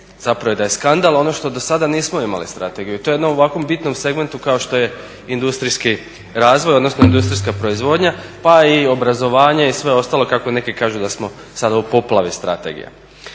zapravo da je skandal ono što dosada nismo imali strategiju. I to u jednom ovako bitnom segmentu kao što je industrijski razvoj, odnosno industrijska proizvodnja pa i obrazovanje i sve ostalo kako neki kažu da smo sad u poplavi strategija.